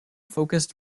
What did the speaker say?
focused